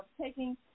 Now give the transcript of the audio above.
taking